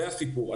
זה הסיפור.